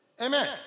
Amen